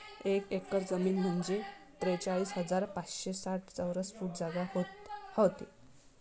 एक एकर जमीन म्हंजे त्रेचाळीस हजार पाचशे साठ चौरस फूट जागा व्हते